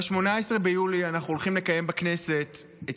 ב-18 ביולי אנחנו הולכים לקיים בכנסת את